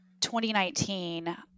2019